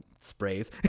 sprays